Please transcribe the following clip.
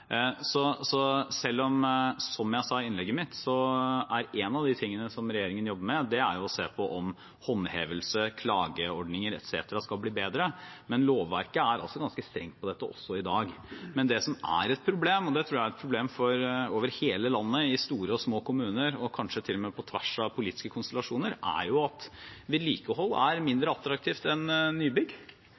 Så selv om – som jeg sa i innlegget mitt – én av de tingene regjeringen jobber med, er å se på om håndhevelse, klageordninger etc. skal bli bedre, er lovverket altså ganske strengt på dette i dag. Men det som er et problem – og det tror jeg er et problem over hele landet, i store og små kommuner, og kanskje til og med på tvers av politiske konstellasjoner – er at vedlikehold er mindre attraktivt enn nybygg.